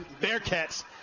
Bearcats